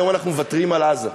היום אנחנו מוותרים על עזה.